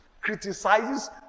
criticizes